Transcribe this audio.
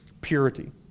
purity